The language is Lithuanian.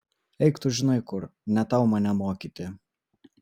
eik tu žinai kur ne tau mane mokyti